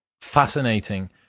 fascinating